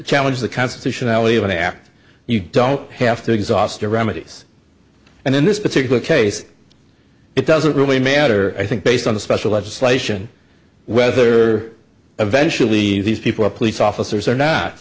challenge the constitutionality of an act you don't have to exhaust the remedies and in this particular case it doesn't really matter i think based on the special legislation whether eventually these people are police officers or not